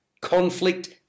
Conflict